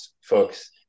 folks